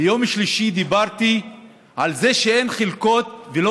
ביום שלישי דיברתי על זה שאין חלקות ולא